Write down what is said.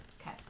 Okay